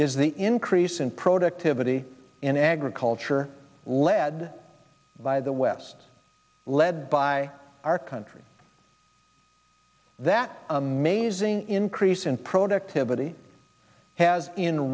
is the increase in productivity in agriculture led by the west led by our country that amazing increase in productivity has in